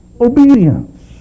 obedience